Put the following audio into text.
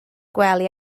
gwely